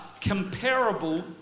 comparable